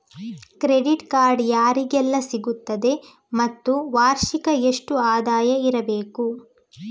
Credit card ಯಾರಿಗೆಲ್ಲ ಸಿಗುತ್ತದೆ ಮತ್ತು ವಾರ್ಷಿಕ ಎಷ್ಟು ಆದಾಯ ಇರಬೇಕು?